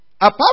Apart